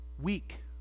Weak